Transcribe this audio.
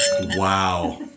wow